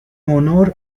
honor